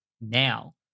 now